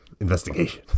investigation